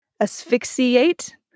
Asphyxiate